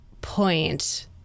point